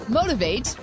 motivate